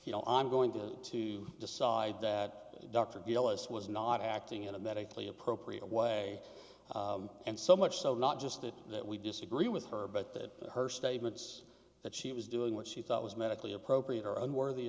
say i'm going to to decide that dr gillis was not acting in a medically appropriate way and so much so not just that that we disagree with her but that her statements that she was doing what she thought was medically appropriate are unworthy